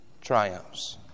triumphs